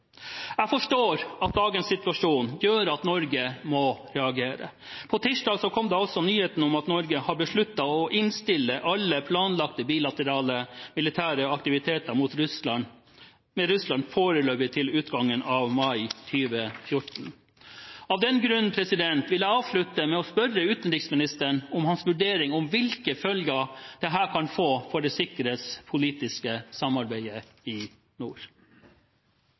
Jeg forstår at dagens situasjon gjør at Norge må reagere. Tirsdag kom nyheten om at Norge har besluttet å innstille alle planlagte bilaterale militære aktiviteter med Russland, foreløpig fram til utgangen av mai 2014. Av den grunn vil jeg avslutte med å spørre utenriksministeren om hva som er hans vurdering når det gjelder hvilke følger dette kan få for det sikkerhetspolitiske samarbeidet i nord.